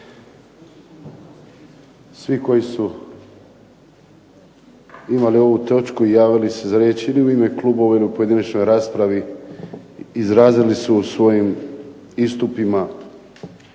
Svi koji su imali ovu točku i javili se za riječ ili u ime klubova ili u pojedinačnoj raspravi izrazili svojim istupima